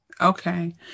Okay